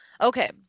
Okay